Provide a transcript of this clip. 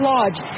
Lodge